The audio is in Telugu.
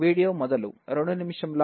వీడియో మొదలు 0232